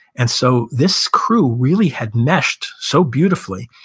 and so this crew really had meshed so beautifully.